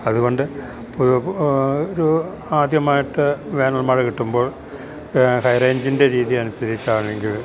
അതുകൊണ്ട് ഒരു ആദ്യമായിട്ട് വേനൽമഴ കിട്ടുമ്പോൾ ഹൈറേഞ്ചിൻ്റെ രീതി അനുസരിച്ചാണെങ്കിൽ